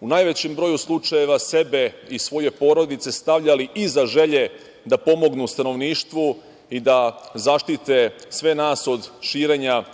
u najvećem broju slučajeva sebe i svoje porodice stavljali iza želje da pomognu stanovništvu i da zaštite sve nas od širenja ove